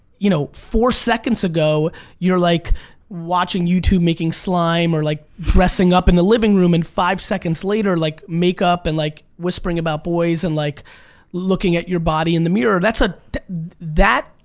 you know four seconds ago you're like watching youtube, making slime or like dressing up in the living room and five seconds later, like makeup and like whispering about boys and like looking at your body in the mirror. ah that,